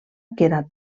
queda